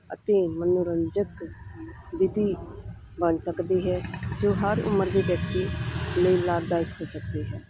ਅਤੇ ਮਨੋਰੰਜਕ ਵਿਧੀ ਬਣ ਸਕਦੀ ਹੈ ਜੋ ਹਰ ਉਮਰ ਦੇ ਵਿਅਕਤੀ ਲਈ ਲਾਭਦਾਇਕ ਹੋ ਸਕਦੀ ਹੈ